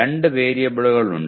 രണ്ട് വേരിയബിളുകൾ ഉണ്ട്